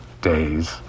days